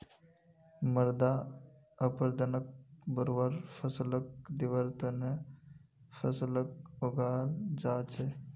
मृदा अपरदनक बढ़वार फ़सलक दिबार त न फसलक उगाल जा छेक